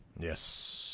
yes